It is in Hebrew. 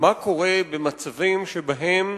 מה קורה במצבים שבהם